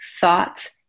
thoughts